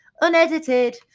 Unedited